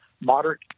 moderate